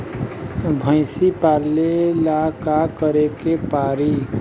भइसी पालेला का करे के पारी?